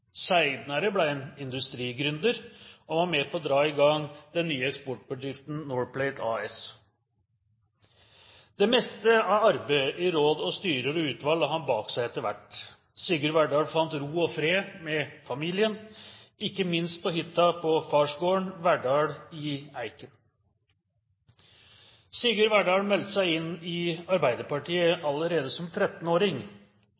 og var med på å dra i gang den nye eksportbedriften NOR-PLATE AS. Det meste av arbeidet i råd, styrer og utvalg la han bak seg etter hvert. Sigurd Verdal fant ro og fred med familien, ikke minst på hytta på farsgården, Verdal i Eiken. Sigurd Verdal meldte seg inn i